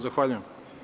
Zahvaljujem.